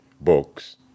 books